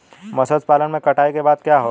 मत्स्य पालन में कटाई के बाद क्या है?